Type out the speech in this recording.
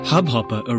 Hubhopper